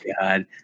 god